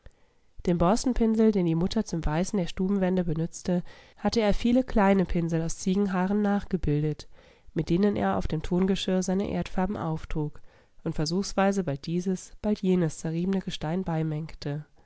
dem borstenpinsel den die mutter zum weißen der stubenwände benützte hatte er viele kleine pinsel aus ziegenhaaren nachgebildet mit denen er auf dem tongeschirr seine erdfarben auftrug und versuchsweise bald dieses bald jenes zerriebene gestein